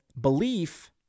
belief